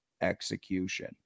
execution